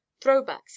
throwbacks